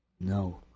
No